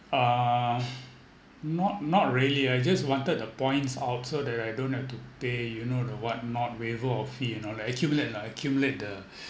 uh not not really I just wanted the points out so that I don't have to pay you know the what not waiver or fee you know like accumulate lah accumulate the